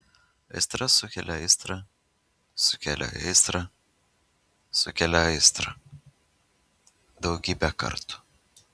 aistra sukelia aistrą sukelia aistrą sukelia aistrą daugybę kartų